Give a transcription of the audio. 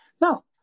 No